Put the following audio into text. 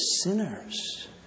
sinners